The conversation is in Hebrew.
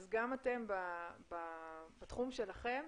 אז גם אתם בתחום שלכם,